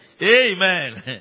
Amen